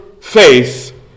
faith